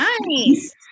nice